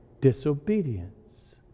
disobedience